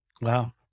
Wow